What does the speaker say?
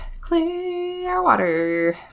Clearwater